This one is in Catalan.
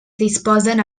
disposen